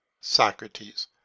Socrates